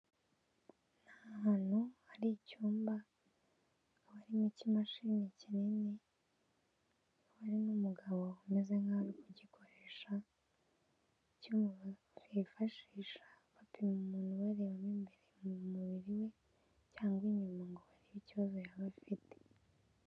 Ni ahantu hari icyumba harimo iki'imashini kinini, hari n'umugabo umeze kugikoresha bifashisha bapima umuntu, bareba imbere mu mubiri we cyangwa inyuma ngo barebe ikibazo yaba afite.